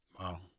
wow